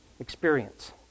experience